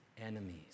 enemies